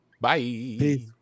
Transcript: bye